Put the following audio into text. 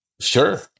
Sure